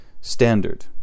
standard